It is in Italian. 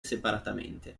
separatamente